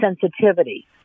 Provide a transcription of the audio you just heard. sensitivity